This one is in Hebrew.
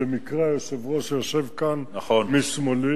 במקרה של היושב-ראש שיושב כאן לשמאלי,